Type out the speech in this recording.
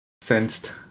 sensed